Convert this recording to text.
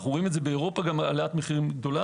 אנו רואים את זה גם באירופה, העלאת מחירים גדולה.